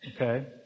Okay